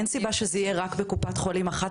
אין סיבה שזה יקרה רק בקופת חולים אחת,